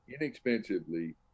inexpensively